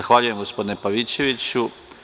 Zahvaljujem gospodine Pavićeviću.